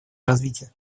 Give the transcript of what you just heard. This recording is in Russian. развития